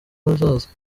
azaza